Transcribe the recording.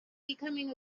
becoming